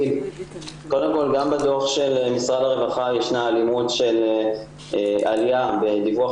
קודם כל גם בדוח של משרד הרווחה ישנה עלייה בדיווח